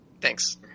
Thanks